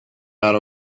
out